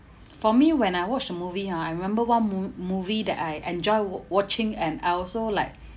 for me when I watch a movie hor I remember one mo~ movie that I enjoy w~ watching and I also like